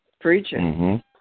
Preaching